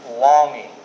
longing